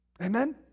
Amen